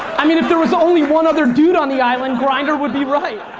i mean if there was only one other dude on the island grindr would be right.